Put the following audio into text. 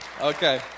Okay